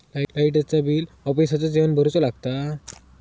लाईटाचा बिल ऑफिसातच येवन भरुचा लागता?